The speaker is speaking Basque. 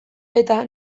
eta